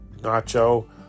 Nacho